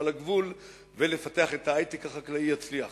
על הגבול ולפתח את ההיי-טק החקלאי יצליח.